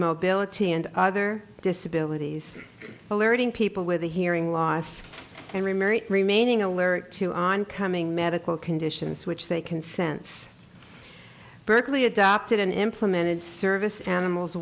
mobility and other disabilities alerting people with hearing loss and remarry remaining alert to on coming medical conditions which they can sense berkeley adopted and implemented service animals